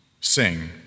Sing